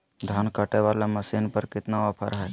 धान कटे बाला मसीन पर कितना ऑफर हाय?